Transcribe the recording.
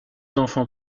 enfants